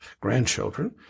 grandchildren